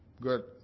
good